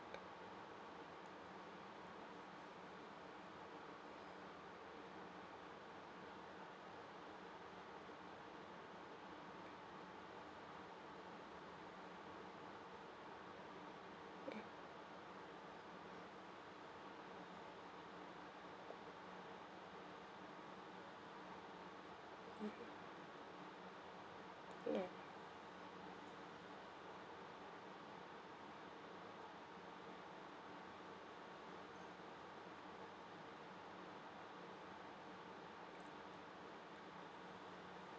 uh yeah